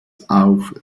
auf